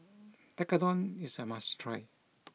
Tekkadon is a must try